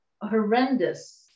horrendous